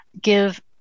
give